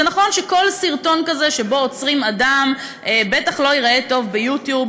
זה נכון שכל סרטון כזה שבו עוצרים אדם בטח לא ייראה טוב ביוטיוב,